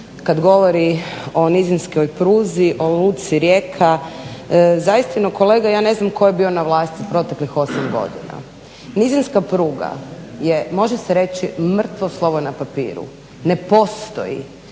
kad govori o nizinskoj pruzi, o luci Rijeka. Zaistinu kolega ja ne znam tko je bio na vlasti proteklih 8 godina. Nizinska pruga je može se reći mrtvo slovo na papiru, ne postoji.